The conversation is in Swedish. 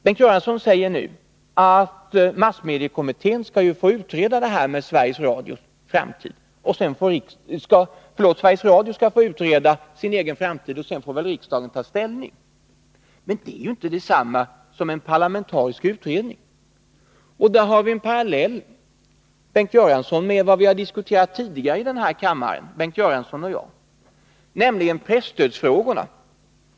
Bengt Göransson säger nu att Sveriges Radio skall få utreda sin egen framtid, och sedan får riksdagen ta ställning. Men det är ju inte detsamma som en parlamentarisk utredning! Här har vi en parallell med vad vi har diskuterat tidigare i denna kammare, Bengt Göransson och jag, nämligen presstödsfrågorna.